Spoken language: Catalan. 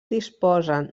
disposen